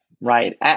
right